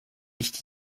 nicht